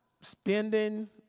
spending